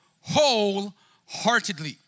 wholeheartedly